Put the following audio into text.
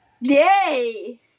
Yay